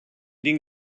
den